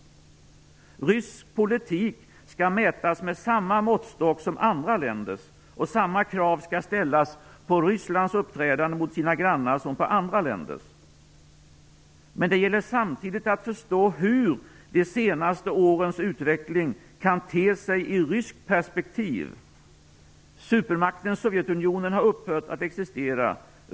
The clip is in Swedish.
Rysk politik skall mätas med samma måttstock som andra länders, och samma krav skall ställas på Rysslands uppträdande mot sina grannar som på andra länders. Men det gäller samtidigt att förstå hur de senaste årens utvecklingen kan te sig i ett ryskt perspektiv. Supermakten Sovjetunionen har upphört att existera.